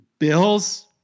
Bills